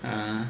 uh